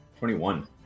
21